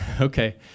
okay